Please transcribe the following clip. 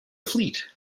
fleet